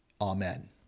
Amen